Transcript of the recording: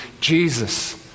Jesus